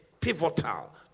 pivotal